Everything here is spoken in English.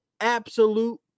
absolute